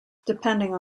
depending